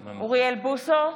בוסו,